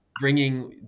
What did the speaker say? bringing